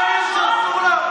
אפשר להשוות,